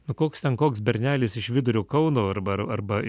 nu koks ten koks bernelis iš vidurio kauno arba arba arba